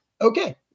okay